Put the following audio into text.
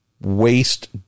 waste